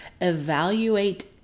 evaluate